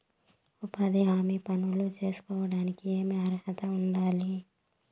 ఉపాధి హామీ పనులు సేసుకోవడానికి ఏమి అర్హత ఉండాలి?